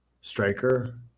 striker